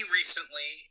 recently